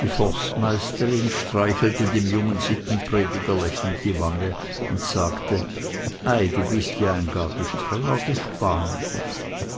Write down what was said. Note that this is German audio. die forstmeisterin streichelte dem jungen sittenprediger lächelnd die wange und sagte ei du bist ja ein gar gestrenger gespan